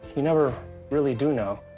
you never really do know.